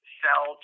sell